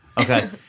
Okay